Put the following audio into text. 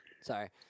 sorry